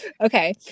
Okay